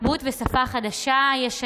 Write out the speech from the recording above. תרבות ושפה חדשה-ישנה,